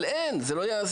אבל זה לא יעזור.